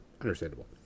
Understandable